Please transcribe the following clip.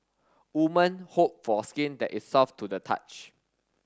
woman hope for skin that is soft to the touch